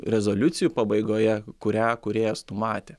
rezoliucijų pabaigoje kurią kūrėjas numatė